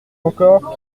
encore